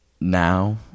now